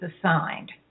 assigned